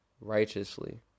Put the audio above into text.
righteously